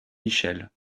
michel